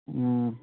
ꯎꯝ